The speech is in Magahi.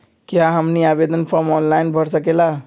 क्या हमनी आवेदन फॉर्म ऑनलाइन भर सकेला?